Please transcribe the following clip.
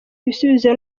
ibisubizo